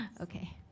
Okay